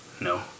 No